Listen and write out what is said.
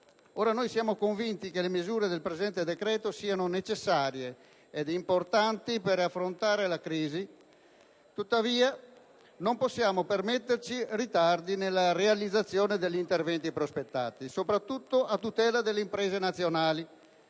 attuativi. Siamo convinti che le misure del presente decreto siano necessarie ed importanti per affrontare la crisi. Tuttavia, non possiamo permetterci ritardi nella realizzazione degli interventi prospettati, soprattutto a tutela delle imprese nazionali.